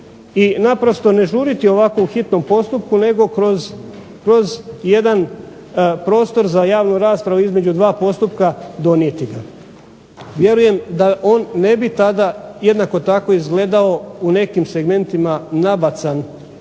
i naprosto ne žuriti ovako u hitnom postupku, nego kroz jedan prostor za javnu raspravu između dva postupka donijeti ga. Vjerujem da on ne bi tada jednako tako izgledao u nekim segmentima nabacan